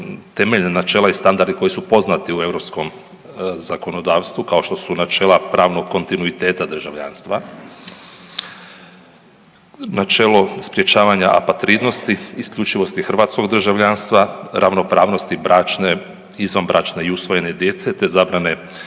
načela i standardi koji su poznati u europskom zakonodavstvu kao što su načela pravnog kontinuitet državljanstva, načelo sprječavanja apatridnosti, isključivosti hrvatskog državljanstva, ravnopravnosti bračne, izvanbračne i usvojene djece, te zabrane